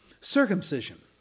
Circumcision